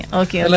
okay